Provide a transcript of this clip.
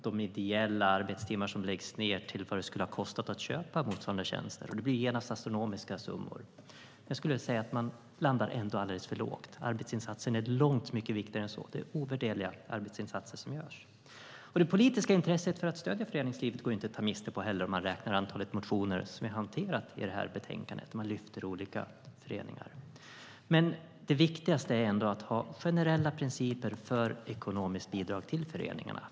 De ideella arbetstimmar som läggs ned räknas om till vad det skulle ha kostat att köpa motsvarande tjänster. Det blir genast astronomiska summor, men man landar ändå alldeles för lågt. Arbetsinsatserna är långt viktigare än så; de är ovärderliga. Det politiska intresset för att stödja föreningslivet går inte att ta miste på, om man räknar antalet motioner som vi har hanterat i betänkandet och som lyfter fram olika föreningar. Det viktigaste är att ha generella principer för ekonomiskt bidrag till föreningarna.